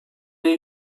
ait